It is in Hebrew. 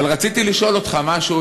אבל רציתי לשאול אותך משהו,